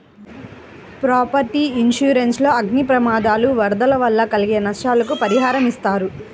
property insurance లో అగ్ని ప్రమాదాలు, వరదలు వల్ల కలిగే నష్టాలకు పరిహారమిస్తారు